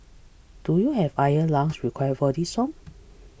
do you have iron lungs required for this song